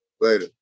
Later